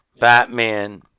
Batman